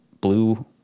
blue